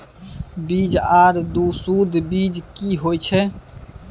बीज आर सुध बीज की होय छै?